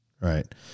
right